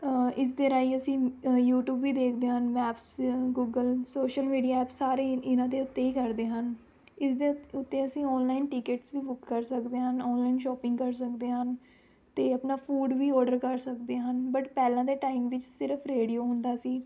ਇਸਦੇ ਰਾਹੀਂ ਅਸੀਂ ਯੂਟਿਊਬ ਵੀ ਦੇਖਦੇ ਹਨ ਮੈਪਸ ਵੀ ਗੂਗਲ ਸ਼ੋਸ਼ਲ ਮੀਡੀਆ ਐਪਸ ਸਾਰੇ ਇ ਇਨ੍ਹਾਂ ਦੇ ਉੱਤੇ ਹੀ ਕਰਦੇ ਹਨ ਇਸ ਦੇ ਉੱ ਉੱਤੇ ਅਸੀਂ ਔਨਲਾਈਨ ਟਿੱਕਟਸ ਵੀ ਬੁੱਕ ਕਰ ਸਕਦੇ ਹਨ ਔਨਲਾਈਨ ਸ਼ੌਪਿੰਗ ਕਰ ਸਕਦੇ ਹਨ ਅਤੇ ਆਪਣਾ ਫੂਡ ਵੀ ਓਡਰ ਕਰ ਸਕਦੇ ਹਨ ਬਟ ਪਹਿਲਾਂ ਦੇ ਟਾਈਮ ਵਿੱਚ ਸਿਰਫ਼ ਰੇਡੀਓ ਹੁੰਦਾ ਸੀ